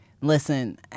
listen